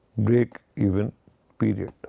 breakeven period.